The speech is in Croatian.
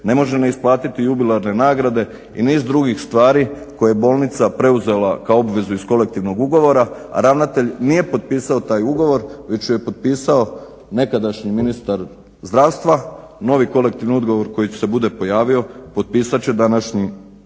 ne može neisplatiti jubilarne nagrade i niz drugih stvari koje je bolnica preuzela kao obvezu iz kolektivnog ugovora, ravnatelj nije potpisao taj ugovor već je potpisao nekadašnji ministar zdravstva, novi kolektivni ugovor koji se bude pojavio potpisat će današnji